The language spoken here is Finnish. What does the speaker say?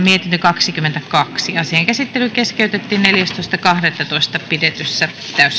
kaksikymmentäkaksi asian käsittely keskeytettiin neljästoista kahdettatoista kaksituhattaseitsemäntoista pidetyssä täysistunnossa